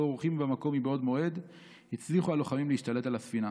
ערוכים במקום מבעוד מועד הצליחו הלוחמים להשתלט על הספינה.